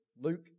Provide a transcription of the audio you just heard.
Luke